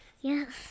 yes